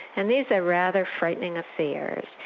and these are rather frightening affairs,